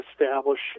establish